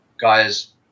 guys